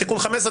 תיקון 15,